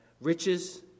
riches